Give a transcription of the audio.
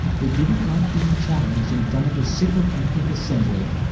he didn't like being challenged in front of his sycophantic assembly,